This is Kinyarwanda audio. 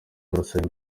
turasaba